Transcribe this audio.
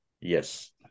yes